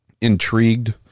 intrigued